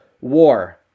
war